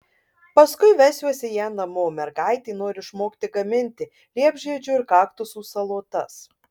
paskui vesiuosi ją namo mergaitė nori išmokti gaminti liepžiedžių ir kaktusų salotas